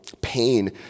pain